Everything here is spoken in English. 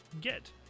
get